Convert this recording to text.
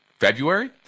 February